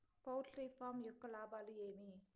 poultry farm యొక్క లాభాలు ఏమి